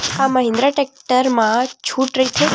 का महिंद्रा टेक्टर मा छुट राइथे?